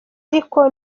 ariko